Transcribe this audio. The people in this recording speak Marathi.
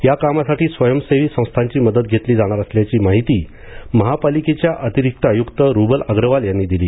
या कामासाठी स्वयंसेवी संस्थांची मदत घेतली जाणार असल्याची माहिती महापालिकेच्या अतिरिक्त आयुक्त रुबल अग्रवाल यांनी दिली